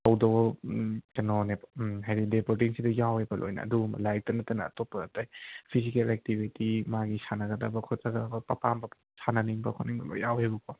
ꯊꯧꯗꯣꯛ ꯎꯝ ꯀꯩꯅꯣꯅꯦꯕ ꯎꯝ ꯍꯥꯏꯗꯤ ꯗꯦ ꯕꯣꯔꯗꯤꯡꯁꯤꯗ ꯌꯥꯎꯋꯦꯕ ꯂꯣꯏꯅ ꯑꯗꯨ ꯂꯥꯏꯔꯤꯛꯇ ꯅꯠꯇꯅ ꯑꯇꯣꯞꯄ ꯑꯇꯩ ꯐꯤꯖꯤꯀꯦꯜ ꯑꯦꯛꯇꯤꯕꯤꯇꯤ ꯃꯥꯒꯤ ꯁꯥꯟꯅꯒꯗꯕ ꯈꯣꯠꯀꯗꯕ ꯑꯄꯥꯝꯕ ꯁꯥꯟꯅꯅꯤꯡꯕ ꯈꯣꯠꯅꯤꯡꯕ ꯂꯣꯏ ꯌꯥꯎꯋꯦꯕꯀꯣ